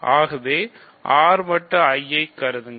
ஆகவே R மட்டு I ஐ கருதுங்கள்